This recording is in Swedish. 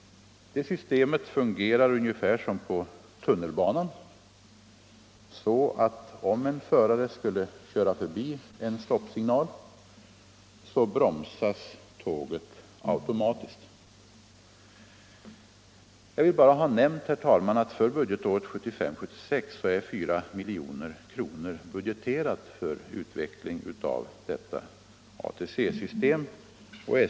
Det systemet fungerar ungefär som på tunnelbanan. Om en förare skulle köra förbi en stoppsignal, så bromsas tåget automatiskt. För budgetåret 1975/76 har 4 milj.kr. budgeterats för utveckling av detta system.